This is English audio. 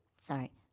sorry